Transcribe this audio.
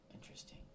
Interesting